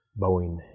Boeing